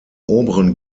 oberen